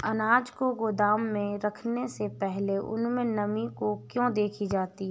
अनाज को गोदाम में रखने से पहले उसमें नमी को क्यो देखी जाती है?